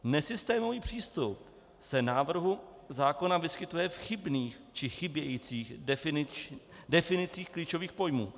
Nesystémový přístup se v návrhu zákona vyskytuje v chybných či v chybějících definicích klíčových pojmů.